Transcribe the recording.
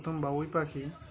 প্রথম বাবুই পাখি